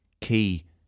key